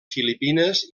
filipines